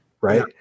Right